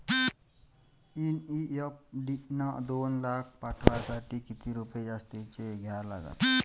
NEFT न दोन लाख पाठवासाठी किती रुपये जास्तचे द्या लागन?